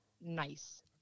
nice